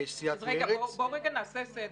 אז רגע, בוא נעשה סדר.